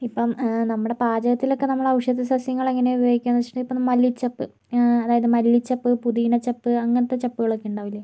ഇപ്പം നമ്മുടെ പാചകത്തിലൊക്കെ നമ്മള് ഔഷധ സസ്യങ്ങള് എങ്ങനെയാണ് ഉപയോഗിക്കുകയെന്ന് വെച്ചിട്ടുണ്ടെങ്കിൽ ഇപ്പം മല്ലിച്ചപ്പ് അതായത് മല്ലിച്ചപ്പ് പൊതീനച്ചപ്പ് അങ്ങനത്തെ ചപ്പുകളൊക്കെ ഉണ്ടാവില്ലെ